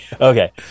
Okay